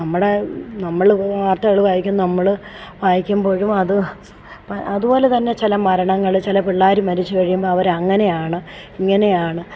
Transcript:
നമ്മുടെ നമ്മൾ വാർത്തകൾ വായിക്കുന്നു നമ്മൾ വായിക്കുമ്പോഴും അത് ഇപ്പം അതുപോലെ തന്നെ ചില മരണങ്ങൾ ചില പിള്ളേർ മരിച്ചു കഴിയുമ്പോൾ അവർ അങ്ങനെയാണ് ഇങ്ങനെയാണ്